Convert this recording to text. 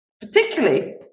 Particularly